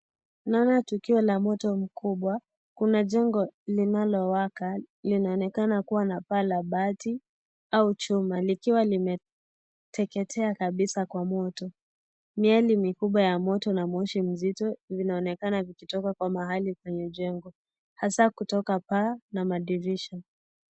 Naona tukio la moto mkubwa, kuna jengo linalowaka linaonekana kuwa na paa la bati au chuma likiwa limeteketea kabisa kwa moto, miale mikubwa ya moto na moshi nzito zinaonekana zikitoka kwa mahali penye jengo hasa kutoka paa na madirisha.